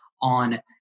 on